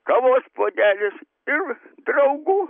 kavos puodelis ir draugų